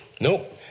Nope